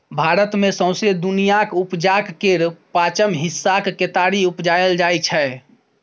भारत मे सौंसे दुनियाँक उपजाक केर पाँचम हिस्साक केतारी उपजाएल जाइ छै